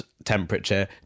temperature